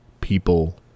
people